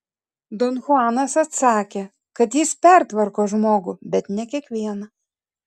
don chuanas atsakė kad jis pertvarko žmogų bet ne kiekvieną